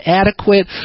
adequate